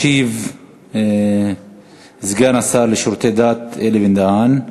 ישיב סגן השר לשירותי דת אלי בן-דהן.